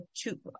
two